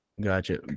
Gotcha